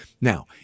now